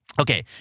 Okay